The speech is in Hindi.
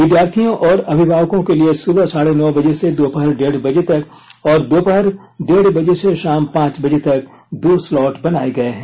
विद्यार्थियों और अभिभावकों के लिए सुबह साढ़े नौ बजे से दोपहर डेढ़ बजे तक और दोपहर डेढ बजे से शाम पांच बजे तक दो स्लॉट बनाए गए हैं